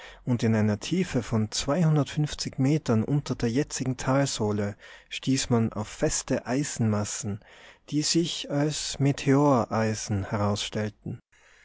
und in einer tiefe von metern unter der jetzigen talsohle stieß man auf feste eisenmassen die sich als meteoreisen